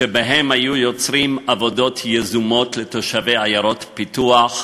שבהם היו יוצרים עבודות יזומות לתושבי עיירות פיתוח,